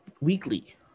weekly